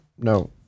No